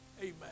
amen